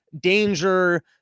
danger